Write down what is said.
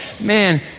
Man